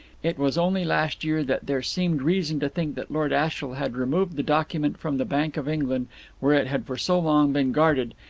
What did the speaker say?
it was only last year that there seemed reason to think that lord ashiel had removed the document from the bank of england where it had for so long been guarded,